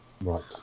Right